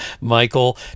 Michael